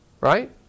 right